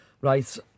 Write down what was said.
Right